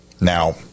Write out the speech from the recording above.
Now